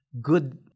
good